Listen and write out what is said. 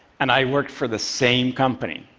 and i worked for the same company,